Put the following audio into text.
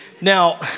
Now